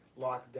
lockdown